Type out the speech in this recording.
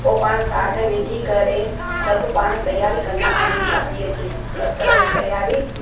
पो पाण साठु विझी करे सभु पाण तयारी कंदा आहियूं शादी जी सभु करे तयारी